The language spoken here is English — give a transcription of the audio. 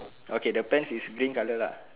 okay the pants is green colour lah